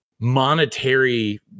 monetary